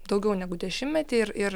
daugiau negu dešimtmetį ir ir